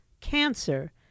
cancer